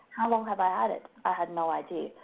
long have i had it? i had no idea.